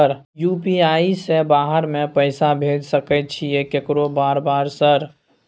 UPI से बाहर में पैसा भेज सकय छीयै केकरो बार बार सर?